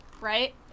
right